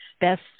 best